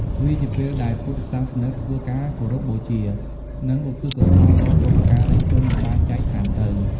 វាជាពេលដែលពុទ្ធសាសនិកធ្វើការគោរពបូជា និងឧទ្ទិសកុសលដល់បុព្វការីជនដែលបានចែកឋានទៅ ។